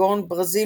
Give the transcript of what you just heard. כגון ברזיל